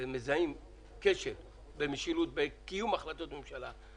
כשמזהים כשל במשילות ובקיום החלטות ממשלה בדיון בוועדת כנסת,